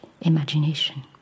imagination